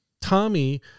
Tommy